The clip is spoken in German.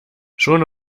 schon